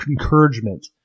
encouragement